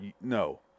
no